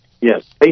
Yes